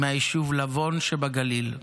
מהיישוב לבון שבגליל,